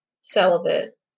Celibate